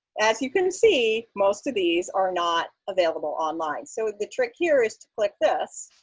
as you can see, most of these are not available online. so the trick here is to click this,